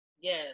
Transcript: Yes